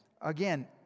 again